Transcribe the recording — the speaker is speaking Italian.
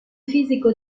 fisico